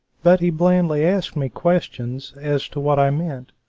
but he blandly asked me questions as to what i meant,